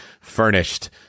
furnished